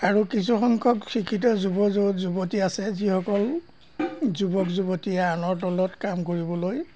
আৰু কিছুসংখ্যক শিক্ষিত যুৱ যুৱতী আছে যিসকল যুৱক যুৱতীয়ে আনৰ তলত কাম কৰিবলৈ